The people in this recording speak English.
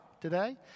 today